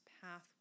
path